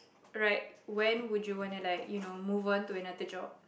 right when would you wanna like you know move on to another job